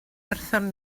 wrthon